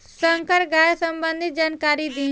संकर गाय सबंधी जानकारी दी?